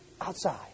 outside